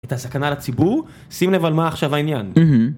אתה סכנה לציבור, שים לב על מה עכשיו העניין.